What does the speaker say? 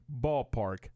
ballpark